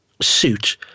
suit